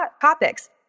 topics